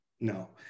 no